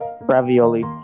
Ravioli